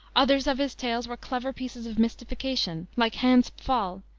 others of his tales were clever pieces of mystification, like hans pfaall,